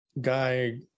guy